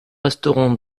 resterons